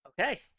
Okay